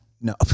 no